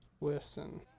Listen